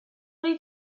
did